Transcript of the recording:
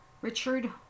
Richard